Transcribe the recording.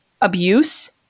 abuse